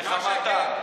איך אמרת?